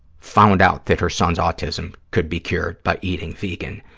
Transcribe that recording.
found out that her son's autism could be cured by eating vegan,